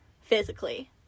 physically